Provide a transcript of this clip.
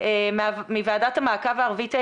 בשונה מטבק המיועד לסיגריות,